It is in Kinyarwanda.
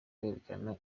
kwerekana